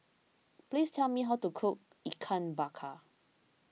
please tell me how to cook Ikan Bakar